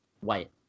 White